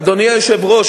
אדוני היושב-ראש,